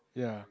ya